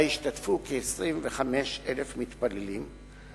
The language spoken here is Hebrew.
שבה השתתפו כ-25,000 מתפללים,